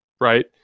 right